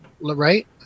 right